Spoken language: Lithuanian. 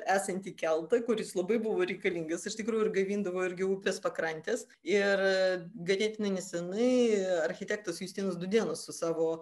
esantį keltą kuris labai buvo reikalingas iš tikrųjų ir gaivindavo irgi upės pakrantes ir ganėtinai neseniai architektas justinas dūdėnas su savo